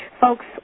Folks